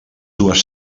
dues